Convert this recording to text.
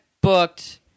booked